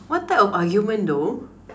what type of argument though